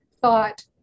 thought